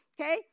Okay